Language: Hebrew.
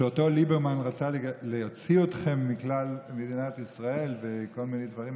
שאותו ליברמן רצה להוציא מכלל מדינת ישראל וכל מיני דברים,